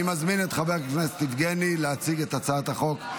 אני מזמין את חבר הכנסת יבגני להציג את הצעת החוק.